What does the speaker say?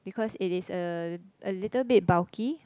because it is a a little bit bulky